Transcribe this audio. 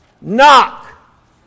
knock